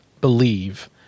believe